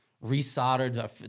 re-soldered